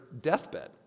deathbed